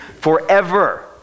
forever